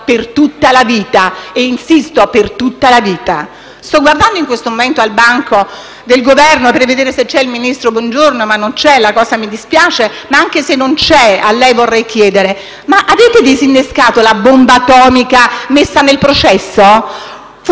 per tutta la vita e sottolineo per tutta la vita. Sto guardando in questo momento tra i banchi del Governo per vedere se c'è il ministro Bongiorno, ma non c'è e la cosa mi dispiace. Anche se non c'è, a lei vorrei chiedere: ma avete disinnescato la bomba atomica messa nel processo? Fu